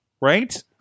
Right